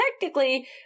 technically